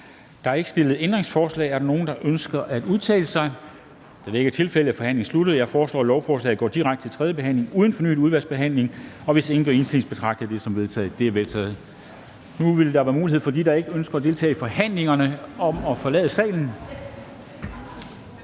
Der er ikke stillet ændringsforslag. Er der nogen, der ønsker at udtale sig? Da det ikke er tilfældet, er forhandlingen sluttet. Jeg foreslår, at lovforslaget går direkte til tredje behandling uden fornyet udvalgsbehandling, og hvis ingen gør indsigelse, betragter jeg det som vedtaget. Det er vedtaget. Nu vil der være mulighed for, at de, der ikke ønsker at deltage i forhandlingerne, kan forlade salen.